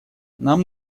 нам